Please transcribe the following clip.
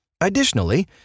Additionally